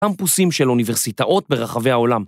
‫קמפוסים של אוניברסיטאות ‫ברחבי העולם.